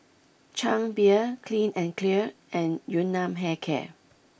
Chang Beer Clean and Clear and Yun Nam Hair Care